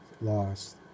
lost